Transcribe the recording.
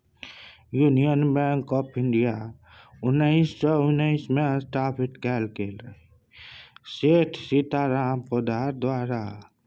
union bank of India उन्नैस सय उन्नैसमे स्थापित कएल गेल रहय सेठ सीताराम पोद्दार द्वारा